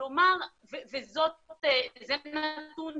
וזה נתון